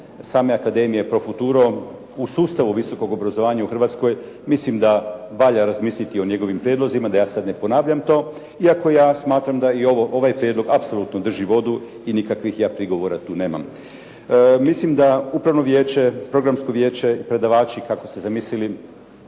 same akademije "Pro futura" u sustavu visokog obrazovanja u Hrvatskoj mislim da valja razmisliti o njegovim prijedlozima, da ja sad ne ponavljam to. Iako ja smatram da i ovaj prijedlog apsolutno drži vodu i nikakvih ja prigovora tu nemam. Mislim da Upravno vijeće, Programsko vijeće i predavači kako ste zamislili